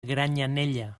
granyanella